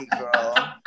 girl